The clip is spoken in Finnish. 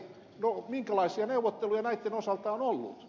no minkälaisia neuvotteluita näiden osalta on ollut